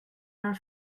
are